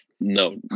no